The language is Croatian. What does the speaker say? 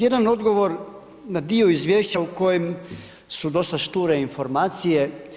Jedan odgovor na dio izvješća u kojem su dosta šture informacije.